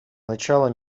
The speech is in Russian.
начала